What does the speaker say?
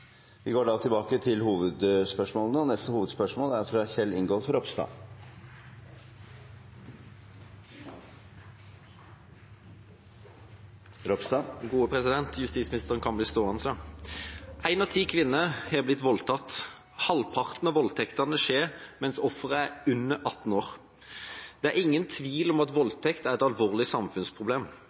Vi går videre til neste hovedspørsmål. En av ti kvinner har blitt voldtatt. Halvparten av voldtektene skjer mens offeret er under 18 år. Det er ingen tvil om at voldtekt er et alvorlig samfunnsproblem.